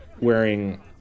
wearing